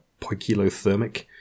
poikilothermic